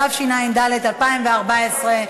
התשע"ד 2014,